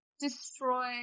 destroy